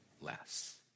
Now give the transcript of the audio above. less